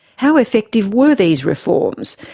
how effective were these reforms?